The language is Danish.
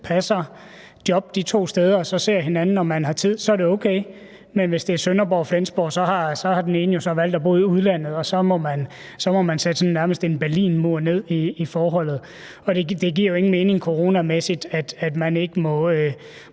passer job de to steder og så ser hinanden, når man har tid, så er det okay, men hvis det er Sønderborg og Flensborg, har den ene valgt at bo i udlandet, og så må man sætte nærmest en berlinmur ned i forholdet. Det giver jo ingen mening coronamæssigt, at man ikke må